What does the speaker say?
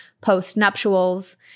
post-nuptials